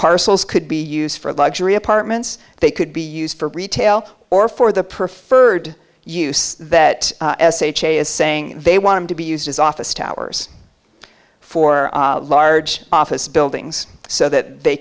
parcels could be used for luxury apartments they could be used for retail or for the preferred use that s h e s saying they want to be used as office towers for large office buildings so that they